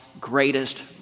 greatest